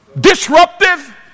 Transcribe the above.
Disruptive